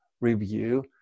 review